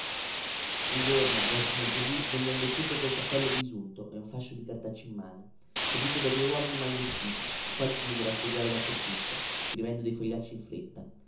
un giorno verso mezzodì venne un vecchietto col cappello bisunto e un fascio di cartacce in mano seguíto da due uomini malvestiti i quali si misero a frugare dappertutto scrivendo dei fogliacci in fretta